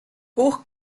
hoch